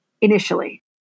initially